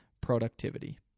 productivity